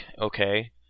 okay